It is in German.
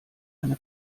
eine